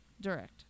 Direct